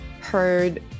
heard